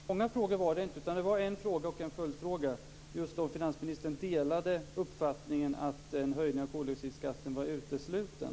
Fru talman! Så många frågor var det inte. Det var en fråga och en följdfråga, nämligen om finansministern delar uppfattningen att en höjning av koldioxidskatten var utesluten.